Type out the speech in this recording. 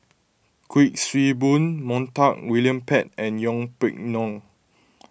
Kuik Swee Boon Montague William Pett and Yeng Pway Ngon